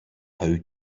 how